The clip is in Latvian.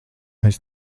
aiz